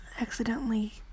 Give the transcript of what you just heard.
accidentally